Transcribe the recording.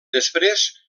després